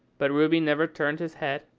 but ruby never turned his head,